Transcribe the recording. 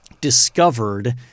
discovered